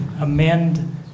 amend